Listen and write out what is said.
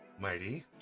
Mighty